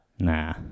Nah